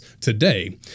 today